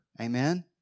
Amen